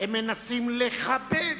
הם מנסים לחבל